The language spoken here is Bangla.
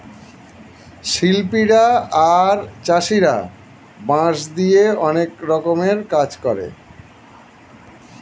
শিল্পীরা আর চাষীরা বাঁশ দিয়ে অনেক রকমের কাজ করে